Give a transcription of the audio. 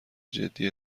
جدی